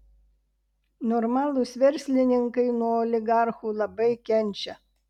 normalūs verslininkai nuo oligarchų labai kenčia